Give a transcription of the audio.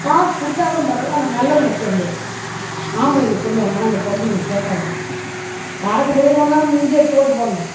காசு கொடுத்தா கூடும் பரவாயில்ல ஆனால் நல்லவங்களை தேர்ந்து எடு ஆம்பளைங்க சொல்லுவாங்க ஆனால் இந்த பொம்பளைங்க கேட்காதுங்க காசு கொடுக்கறவனுக்கு தானே நம்ம முந்தி அடித்து ஓட்டு போடணும்